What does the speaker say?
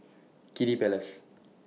Kiddy Palace